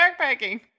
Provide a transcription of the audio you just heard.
backpacking